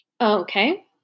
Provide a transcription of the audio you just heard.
Okay